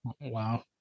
Wow